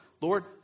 Lord